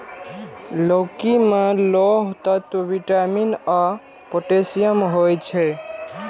लौकी मे लौह तत्व, विटामिन आ पोटेशियम होइ छै